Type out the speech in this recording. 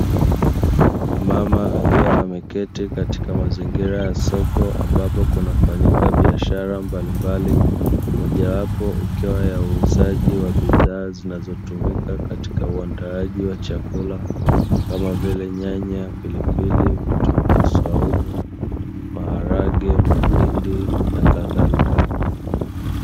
Mama akiwa ameketi katika mazingira ya soko ambapo kunafanyika biashara mbalimbali mojawapo ikiwa ya uuzaji wa bidhaa zinaotumika katika uandaaji wa chakula kama vile: nyanya, pilipili, vitunguu swaumu, maharage, mahindi nakadhalika.